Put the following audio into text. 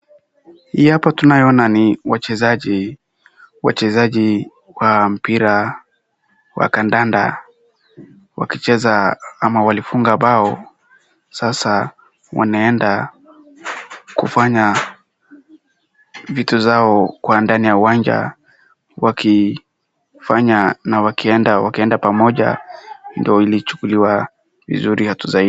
Hii hapa tunayoona ni wachezaji wa mpira wa kandanda wakicheza ama walifunga bao, sasa wanaenda kufanya vitu zao kwa ndani ya uwanja wakifanya na wakienda pamoja ndio ilichukuliwa vizuri.